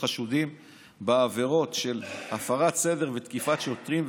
חשודים בעבירות של הפרת סדר ותקיפת שוטרים,